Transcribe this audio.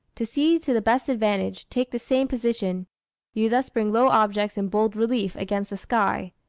to see to the best advantage, take the same position you thus bring low objects in bold relief against the sky.